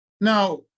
Now